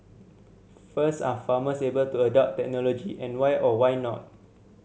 first are farmers able to adopt technology and why or why not